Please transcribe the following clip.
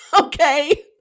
okay